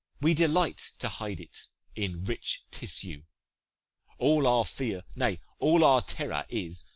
we delight to hide it in rich tissue all our fear, nay, all our terror, is,